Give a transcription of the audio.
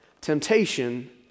temptation